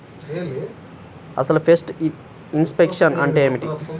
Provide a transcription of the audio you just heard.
అసలు pest infection అంటే ఏమిటి?